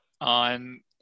on